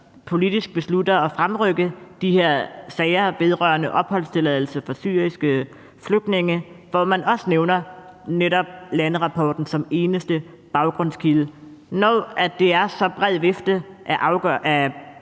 politisk beslutter at fremrykke de her sager vedrørende opholdstilladelser for syriske flygtninge, og hvor man også nævner netop landerapporten som eneste baggrundskilde, fortryder, at